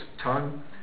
tongue